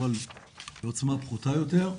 אבל בעוצמה פחותה יותר.